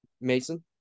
mason